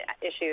issues